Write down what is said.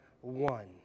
one